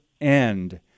end